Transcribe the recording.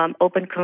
open